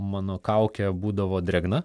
mano kaukė būdavo drėgna